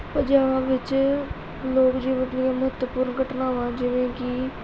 ਪੰਜਾਬ ਵਿੱਚ ਲੋਕ ਜੀਵਨ ਦੀਆਂ ਮਹੱਤਵਪੂਰਨ ਘਟਨਾਵਾਂ ਜਿਵੇਂ ਕਿ